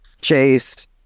Chase